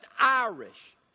Irish